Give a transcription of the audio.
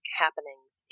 happenings